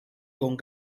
con